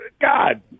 God